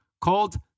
called